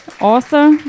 author